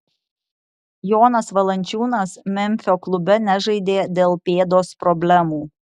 jonas valančiūnas memfio klube nežaidė dėl pėdos problemų